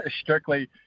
Strictly